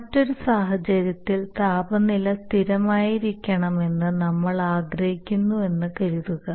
മറ്റൊരു സാഹചര്യത്തിൽ താപനില സ്ഥിരമായിരിക്കണമെന്ന് നമ്മൾ ആഗ്രഹിക്കുന്നുവെന്ന് കരുതുക